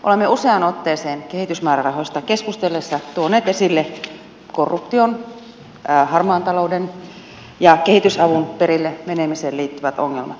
olemme useaan otteeseen kehitysmäärärahoista keskusteltaessa tuoneet esille korruption harmaan talouden ja kehitysavun perille menemiseen liittyvät ongelmat